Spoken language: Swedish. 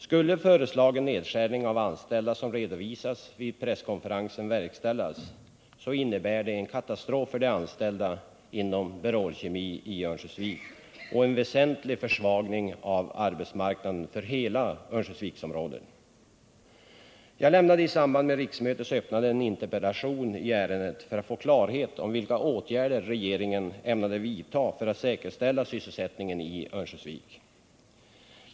Skulle föreslagen nedskärning av anställda som redovisades vid presskonferensen verkställas, innebär det en katastrof för de anställda inom Berol Kemi i Örnsköldsvik och en väsentlig försvagning av arbetsmarknaden för hela Örnsköldsviksområdet. Jag lämnade i samband med riksmötets öppnande en interpellation i ärendet för att få klarhet om vilka åtgärder regeringen ämnade vidta för att säkerställa sysselsättningen i Örnsköldsvik.